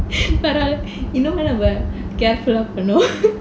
பரவால இன்னொரு தடவ நம்ப:paravaala innoru tadava namba careful ah பண்ணுவோம்:pannuvom